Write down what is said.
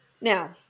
Now